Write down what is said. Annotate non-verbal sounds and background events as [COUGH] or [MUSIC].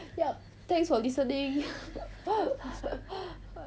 yup thanks for listening [LAUGHS]